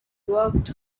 worked